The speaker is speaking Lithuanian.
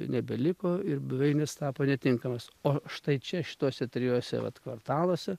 nebeliko ir buveinės tapo netinkamos o štai čia šituose trijuose vat kvartaluose